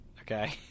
Okay